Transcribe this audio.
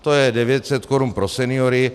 To je 900 korun pro seniory.